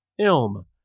elm